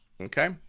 Okay